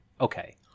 Okay